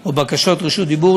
או בקשות רשות דיבור.